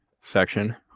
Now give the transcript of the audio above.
section